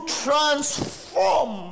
transform